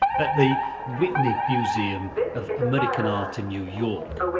at the whitney museum of american art in new york,